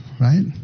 right